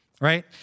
right